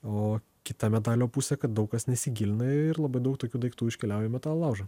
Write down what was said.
o kita medalio pusė kad daug kas nesigilina ir labai daug tokių daiktų iškeliauja į metalo laužą